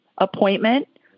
appointment